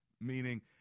meaning